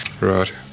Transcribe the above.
Right